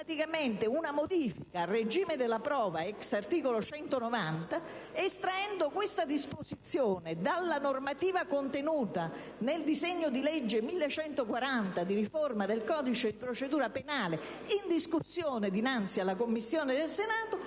una modifica al regime della prova, *ex* articolo 190, estraendo questa disposizione dalla normativa contenuta nel disegno di legge n. 1140 di riforma del codice di procedura penale in discussione dinanzi alla Commissione del Senato,